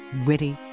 witty,